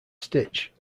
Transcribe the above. stitch